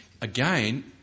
again